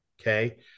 okay